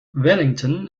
wellington